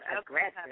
aggressive